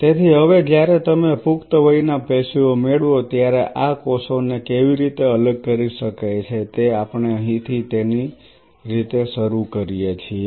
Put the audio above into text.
તેથી હવે જ્યારે તમે પુખ્ત વયના પેશીઓ મેળવો ત્યારે આ કોષોને કેવી રીતે અલગ કરી શકાય છે તે આપણે અહીંથી તેની રીતે શરૂ કરીએ છીએ